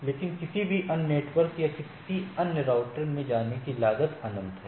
लेकिन किसी भी अन्य नेटवर्क या किसी अन्य राउटर में जाने की लागत अनंत है